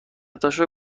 تاشو